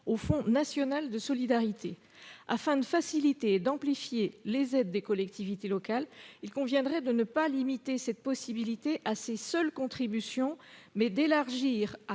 au fonds national de solidarité. Afin de faciliter et d'amplifier les aides des collectivités locales, il conviendrait de ne pas limiter cette possibilité à ces seules contributions, mais de l'élargir à